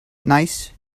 nice